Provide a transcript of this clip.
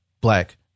black